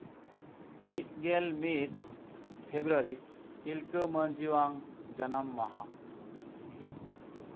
ᱢᱤᱫ ᱜᱮᱞ ᱢᱤᱫ ᱯᱷᱮᱵᱨᱩᱟᱨᱤ ᱛᱤᱞᱠᱟᱹ ᱢᱟᱹᱡᱷᱤᱟᱜ ᱡᱟᱱᱟᱢ ᱢᱟᱦᱟ